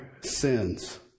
sins